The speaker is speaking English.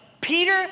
Peter